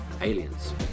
aliens